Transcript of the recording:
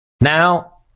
now